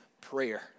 prayer